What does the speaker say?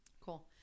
Cool